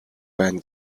байна